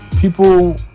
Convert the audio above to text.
people